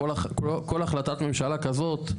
כל החלטת ממשלה כזאת,